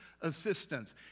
assistance